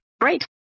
Great